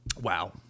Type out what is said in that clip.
Wow